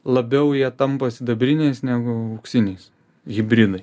labiau jie tampa sidabriniais negu auksiniais hibridai